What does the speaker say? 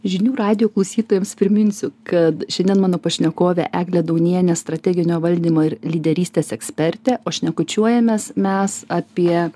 žinių radijo klausytojams priminsiu kad šiandien mano pašnekovė eglė daunienė strateginio valdymo ir lyderystės ekspertė o šnekučiuojamės mes apie